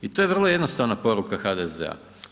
I to je vrlo jednostavna poruka HDZ-a.